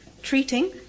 treating